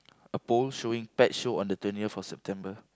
a pole showing pet show on the twentieth of September